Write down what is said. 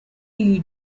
you